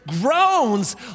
groans